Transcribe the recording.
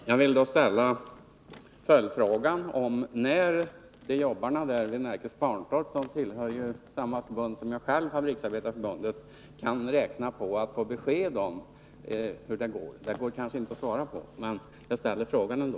Herr talman! Jag vill ställa följdfrågan: När kan arbetarna vid Närkes Kvarntorp, vilka tillhör samma förbund som jag, nämligen Fabriksarbetareförbundet, räkna med att få ett besked? Det går kanske inte att svara på den frågan, men jag ställer den ändå.